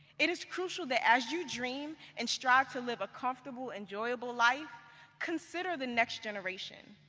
it is crucial that as you dream and strive to live a comfortable enjoyable life consider the next generation.